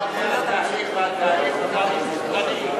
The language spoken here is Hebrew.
דיברתי על התהליך, והתהליך הוא תהליך שטני.